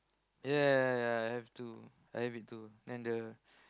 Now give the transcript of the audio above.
ya ya ya ya I have too I have it too and the